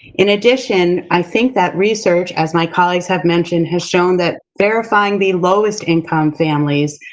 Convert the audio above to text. in addition, i think that research, as my colleagues have mentioned, has shown that verifying the lowest income families,